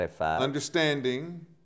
understanding